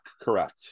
Correct